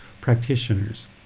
practitioners